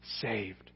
saved